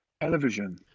television